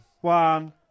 One